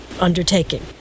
undertaking